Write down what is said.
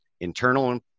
internal